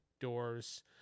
doors